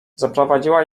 zaprowadziła